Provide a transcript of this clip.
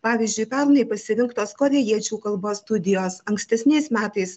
pavyzdžiui pernai pasitelktos korėjiečių kalbos studijos ankstesniais metais